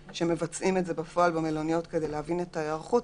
שמבצעים את זה בפועל במלוניות כדי להבין את ההיערכות.